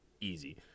Easy